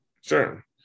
Sure